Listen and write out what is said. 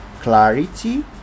clarity